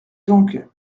donc